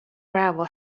gravel